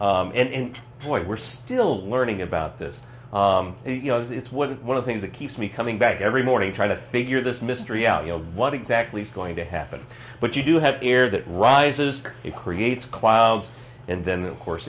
why we're still learning about this you know is it's one of things that keeps me coming back every morning trying to figure this mystery out you know what exactly is going to happen but you do have air that rises it creates clouds and then of course